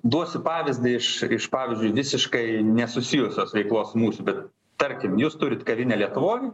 duosiu pavyzdį iš iš pavyzdžiui visiškai nesusijusios veiklos mūsų bet tarkim jūs turit kavinę lietuvoj